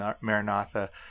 Maranatha